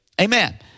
Amen